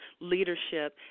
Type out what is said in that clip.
leadership